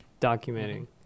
Documenting